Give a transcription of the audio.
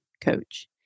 coach